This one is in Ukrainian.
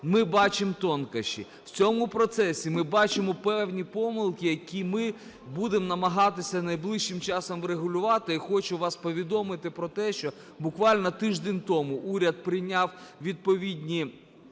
ми бачимо тонкощі. В цьому процесі ми бачимо певні помилки, які ми будемо намагатися найближчим часом врегулювати. І хочу вас повідомити про те, що буквально тиждень тому уряд прийняв відповідні